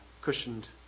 cushioned